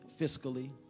fiscally